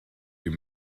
you